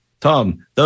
Tom